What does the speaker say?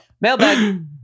Mailbag